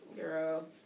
Girl